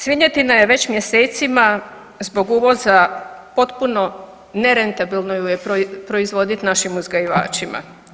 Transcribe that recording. Svinjetina je već mjesecima zbog uvoza potpuno nerentabilno ju je proizvoditi našim uzgajivačima.